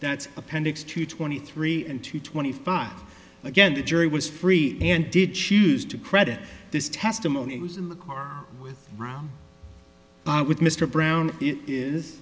that's appendix to twenty three and to twenty five again the jury was free and did choose to credit this testimony it was in the car with brown with mr brown i